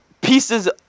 pieces